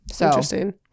interesting